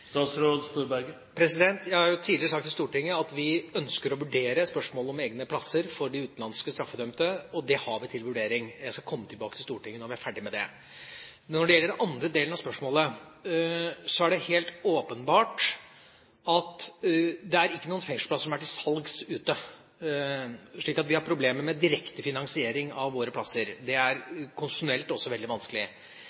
Jeg har tidligere sagt i Stortinget at vi ønsker å vurdere spørsmålet om egne plasser for de utenlandske straffedømte, og det har vi til vurdering. Jeg skal komme tilbake til Stortinget når vi er ferdig med det. Når det gjelder den andre delen av spørsmålet, er det helt åpenbart at det ikke er noen fengselsplasser som er til salgs ute, så vi har problemer med direkte finansiering av våre plasser. Også konstitusjonelt er det veldig vanskelig. Men det jeg har vært veldig opptatt av, er